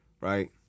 right